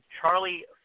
Charlie